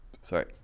sorry